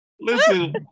listen